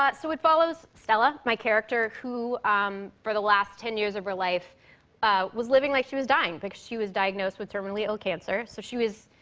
but so, it follows stella, my character, who for the last ten years of her life was living like she was dying because she was diagnosed with terminally ill cancer. so she was,